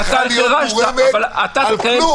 יד של חוקר לא צריכה להיות מורמת על כלום.